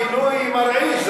הנה לך גילוי מרעיש,